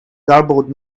garbled